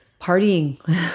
partying